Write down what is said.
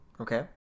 okay